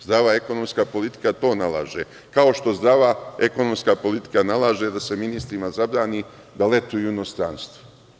Zdrava ekonomska politika to nalaže, kao što zdrava ekonomska politika nalaže da se ministrima zabrani da letuju u inostranstvu.